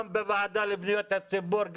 גם בוועדה לפניות הציבור,